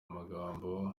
magambo